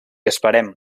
esperem